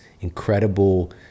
incredible